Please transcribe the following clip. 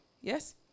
Yes